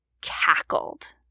cackled